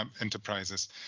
enterprises